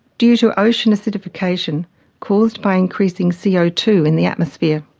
due to ocean acidification caused by increasing c o two in the atmosphere.